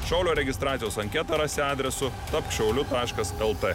šaulio registracijos anketą rasi adresu tapk šauliu taškas lt